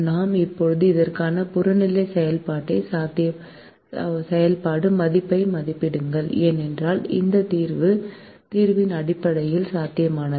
நாம் இப்போது இதற்கான புறநிலை செயல்பாடு மதிப்பை மதிப்பிடுங்கள் ஏனெனில் இந்த தீர்வு அடிப்படை சாத்தியமானது